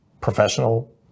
professional